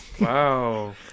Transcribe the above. Wow